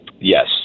Yes